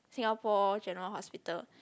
Singapore-General-Hospital